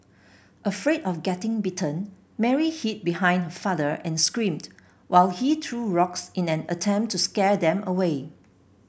afraid of getting bitten Mary hid behind her father and screamed while he threw rocks in an attempt to scare them away